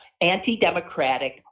anti-democratic